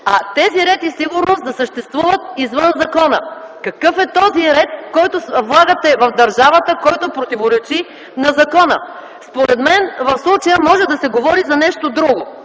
а тези ред и сигурност да съществуват извън закона! Какъв е този ред, който влагате в държавата, който противоречи на закона? Според мен в случая може да се говори за нещо друго.